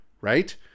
right